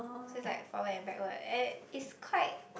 so it's like forward and backward and it's quite